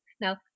Now